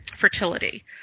fertility